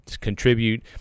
contribute